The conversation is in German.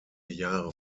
jahre